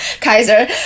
Kaiser